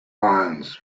irons